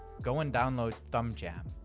go and download thumbjam.